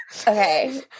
Okay